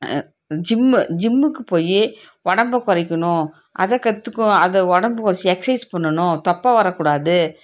gym ஜிம்முக்கு போய் உடம்ப குறைக்கணும் அதை கற்றுக்கோ அது உடம்ப கொறைச்சி எஸ்க்சைஸ் பண்ணணும் தொப்பை வரக்கூடாது